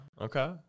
Okay